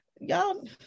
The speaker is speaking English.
Y'all